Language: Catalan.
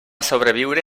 sobreviure